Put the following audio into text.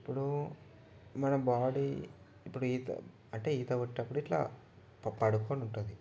ఇప్పుడు మన బాడీ ఇప్పుడు ఈత అంటే ఈత కొట్టినప్పుడు ఇట్లా ప పడుకోని ఉంటుంది